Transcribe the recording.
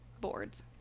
boards